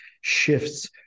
shifts